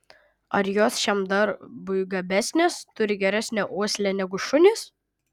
ar jos šiam darbui gabesnės turi geresnę uoslę negu šunys